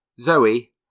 Zoe